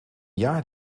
jaar